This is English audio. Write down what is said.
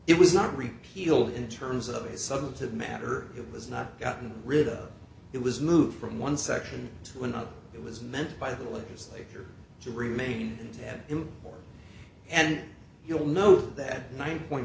it was not repealed in terms of a sudden to matter it was not gotten rid of it was moved from one section to another it was meant by the legislature to remain and to have him and you'll know that my point